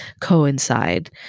coincide